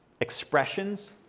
expressions